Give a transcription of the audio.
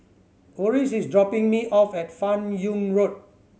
Oris is dropping me off at Fan Yoong Road